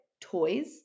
toys